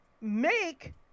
make